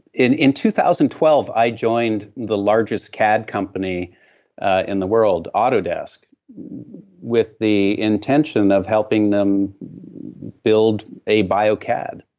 in in two thousand and twelve, i joined the largest cad company ah in the world, autodesk with the intention of helping them build a bio-cad,